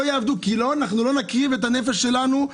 יעבדו כי אנחנו לא נקריב את הנפש שלנו,